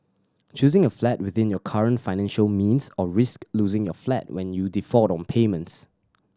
choosing a flat within your current financial means or risk losing your flat when you default on payments